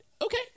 Okay